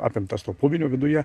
apimtas to puvinio viduje